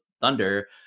thunder